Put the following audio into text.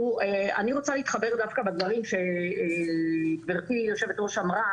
אני רוצה להתחבר דווקא לדברים שגברתי יושבת הראש אמרה